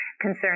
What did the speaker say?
concerns